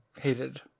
hated